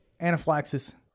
anaphylaxis